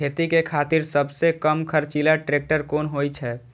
खेती के खातिर सबसे कम खर्चीला ट्रेक्टर कोन होई छै?